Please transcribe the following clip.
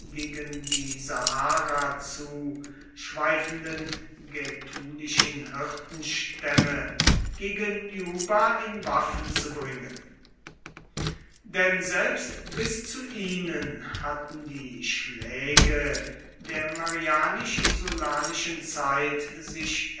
gegen die sahara zu schweifenden gaetulischen hirtenstämme gegen juba in waffen zu bringen denn selbst bis zu ihnen hatten die schläge der marianisch sullanischen zeit sich